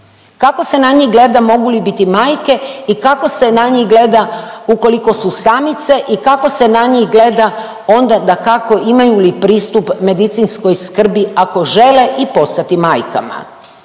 Kako se na njih gleda mogu li biti majke i kako se na njih gleda ukoliko su samice i kako se na njih gleda, onda dakako imaju li pristup medicinskoj skrbi ako žele i postati majkama.